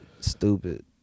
stupid